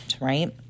Right